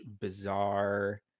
bizarre